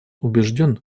убежден